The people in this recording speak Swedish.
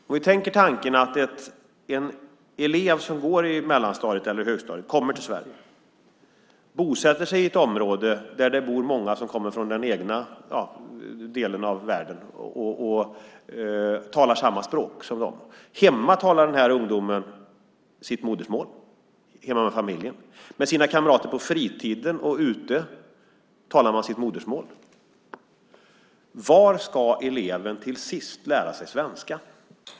Vi kan tänka tanken att en elev som går i mellanstadiet eller högstadiet kommer till Sverige och bosätter sig i ett område där det bor många som kommer från den egna delen av världen och talar samma språk. Hemma med familjen talar den här ungdomen sitt modersmål. Med sina kamrater på fritiden talar ungdomen sitt modersmål. Var ska eleven till sist lära sig svenska?